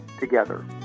together